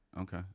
okay